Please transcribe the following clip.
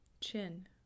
Chin